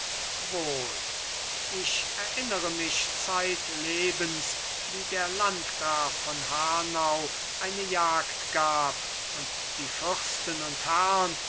wohl ich erinnere mich zeitlebens wie der landgraf von hanau eine jagd gab und die fürsten und herrn